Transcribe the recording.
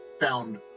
found